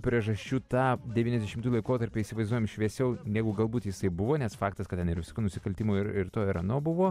priežasčių tą devyniasdešimtųjų laikotarpį įsivaizduojame šviesiau negu galbūt jisai buvo nes faktas kad ten ir visokių nusikaltimų ir ir to ir ano buvo